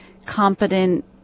competent